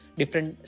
different